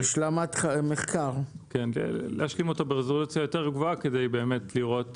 להשלים את המחקר ברזולוציה יותר גבוהה, כדי לראות